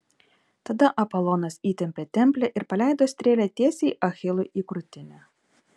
tada apolonas įtempė templę ir paleido strėlę tiesiai achilui į krūtinę